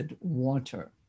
water